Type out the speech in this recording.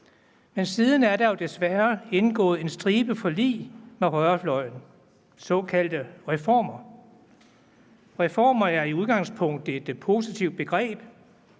Men siden er der jo desværre blevet indgået en stribe forlig med højrefløjen, såkaldte reformer. Reformer er i udgangspunktet et positivt begreb,